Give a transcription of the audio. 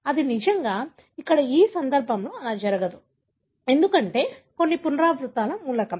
ఇది నిజంగా ఇక్కడ ఈ సందర్భంలో అది జరగదు ఎందుకంటే కొన్ని పునరావృత మూలకం